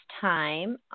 time